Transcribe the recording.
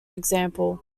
example